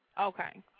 Okay